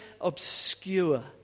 obscure